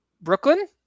Brooklyn